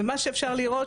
ומה שאפשר לראות